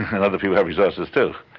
and other people have resources too.